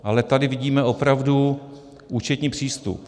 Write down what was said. Ale tady vidíme opravdu účetní přístup.